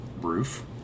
roof